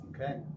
Okay